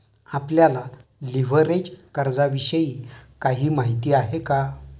आपल्याला लिव्हरेज कर्जाविषयी काही माहिती आहे का?